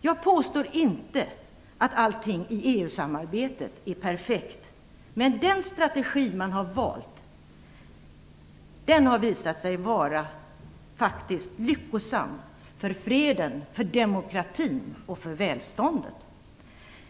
Jag påstår inte att allting i EU-samarbetet är perfekt, men den strategi man valt har faktiskt visat sig vara lyckosam för freden, för demokratin och för välståndet.